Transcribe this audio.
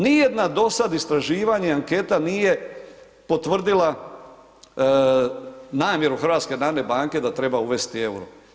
Ni jedna do sada istraživanja anketa nije potvrdila namjeru HNB-a da treba uvesti EUR-o.